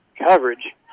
Coverage